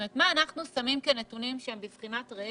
זאת אומרת מה אנחנו שמים כנתונים שהם בבחינת "ראה